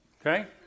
Okay